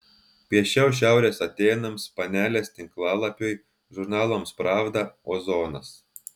piešiau šiaurės atėnams panelės tinklalapiui žurnalams pravda ozonas